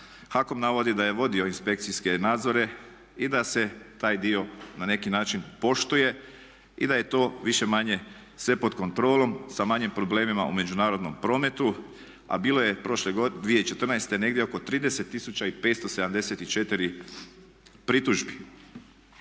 HAKOM navodi da je vodio inspekcijske nadzore i da se taj dio na neki način poštuje i da je to više-manje sve pod kontrolom sa manjim problemima u međunarodnom prometu, a bilo je prošle 2014. negdje oko 30574 pritužbi.